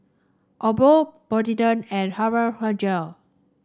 Abbott Polident and